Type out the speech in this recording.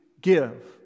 give